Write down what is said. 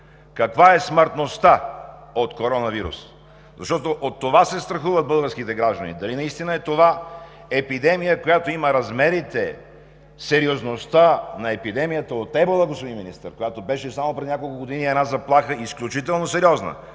каква е смъртността от коронавирус, защото от това се страхуват българските граждани – дали наистина е епидемия, която има размерите, сериозността на епидемията от ебола, господин Министър, която беше само преди няколко години, една изключително сериозна